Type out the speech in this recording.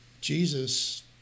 Jesus